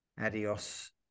Adios